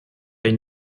une